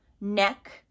neck